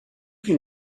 can